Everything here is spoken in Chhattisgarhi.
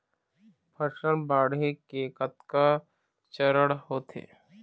फसल बाढ़े के कतका चरण होथे?